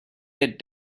that